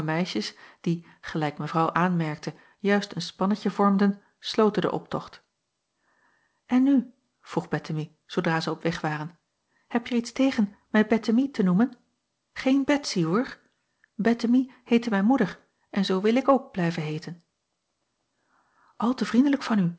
die gelijk mevrouw aanmerkte juist een spannetje vormden sloten den optocht en nu vroeg bettemie zoodra zij op weg waren hebje er iets tegen mij bettemie te noemen geen betsy hoor bettemie heette mijn moeder en zoo wil ik ook blijven heeten al te vriendelijk van u